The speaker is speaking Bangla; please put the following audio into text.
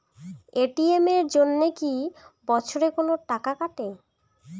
এ.টি.এম এর জন্যে কি বছরে কোনো টাকা কাটে?